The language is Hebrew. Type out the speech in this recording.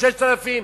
6,000?